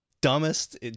dumbest